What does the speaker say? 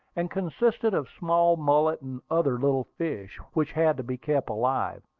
and consisted of small mullet and other little fish, which had to be kept alive.